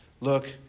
Look